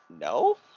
No